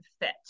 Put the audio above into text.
fit